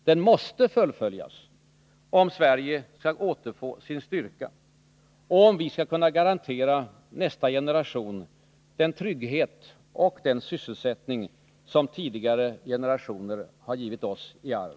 Den måste fullföljas, om Sverige skall återfå sin styrka och om vi skall kunna garantera nästa generation den trygghet och den sysselsättning som tidigare generationer givit oss i arv.